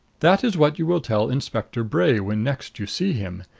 that is what you will tell inspector bray when next you see him.